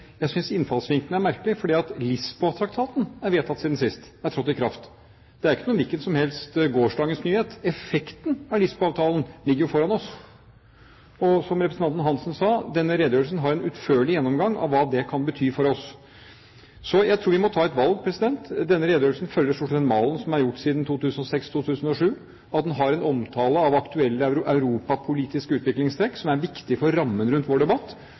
jeg synes innfallsvinkelen er merkelig, for Lisboa-traktaten er vedtatt siden sist, og er trådt i kraft. Det er ikke noen hvilken som helst gårsdagens nyhet. Effekten av Lisboa-avtalen ligger jo foran oss, og, som representanten Hansen sa, denne redegjørelsen har en utførlig gjennomgang av hva det kan bety for oss. Så jeg tror vi må ta et valg. Denne redegjørelsen følger stort sett malen som er fulgt siden 2006–2007, at den har en omtale av aktuelle europapolitiske utviklingstrekk som er viktige for rammen rundt vår debatt,